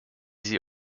sie